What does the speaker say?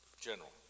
General